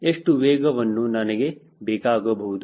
ಎಷ್ಟು ವೇಗವು ನನಗೆ ಬೇಕಾಗಬಹುದು